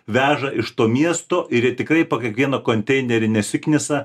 veža iš to miesto ir jie tikrai po kiekvieną konteinerį nesiknisa